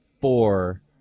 four